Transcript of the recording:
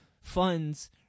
funds